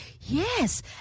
Yes